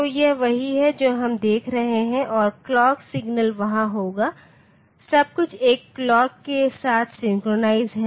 तो यह वही है जो हम देख रहे हैं और क्लॉक सिग्नल वहा होगा सब कुछ एक क्लॉक के साथ सिंक्रनाइज़ है